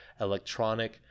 electronic